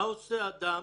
מה עושה אדם